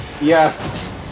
Yes